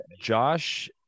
josh